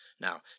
Now